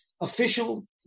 official